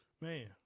man